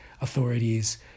authorities